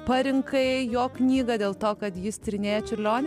parinkai jo knygą dėl to kad jis tyrinėja čiurlionį